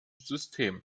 system